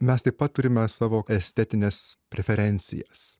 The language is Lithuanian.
mes taip pat turime savo estetines preferencijas